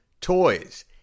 toys